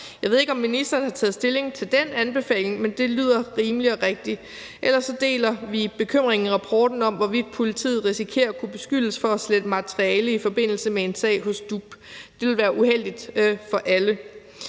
Jeg ved ikke, om ministeren har taget stilling til den anbefaling, men det lyder rimeligt og rigtigt. Ellers deler vi bekymringen i rapporten om, hvorvidt politiet risikerer at kunne beskyldes for at slette materiale i forbindelse med en sag hos DUP. Det ville være uheldigt for alle.